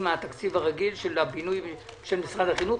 מן התקציב הרגיל של הבינוי של משרד החינוך.